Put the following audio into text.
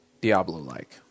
Diablo-like